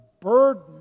burden